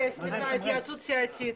סליחה, התייעצות סיעתית.